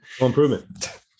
Improvement